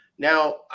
Now